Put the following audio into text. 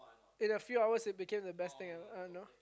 in a few hours it became the best thing I ever know